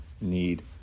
need